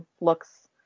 looks